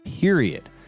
period